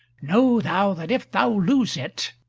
know thou that if thou lose it,